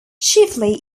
chiefly